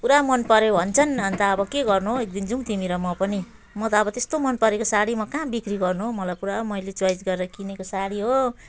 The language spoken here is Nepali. पुरा मन पऱ्यो भन्छन् अन्त अब के गर्नु एकदिन जाऊँ तिमी र म पनि म त अब त्यस्तो मन परेको साडी म कहाँ बिक्री गर्नु हौ मलाई पुरा मैले चोइज गरेर किनेको साडी हो